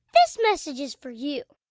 this message is for you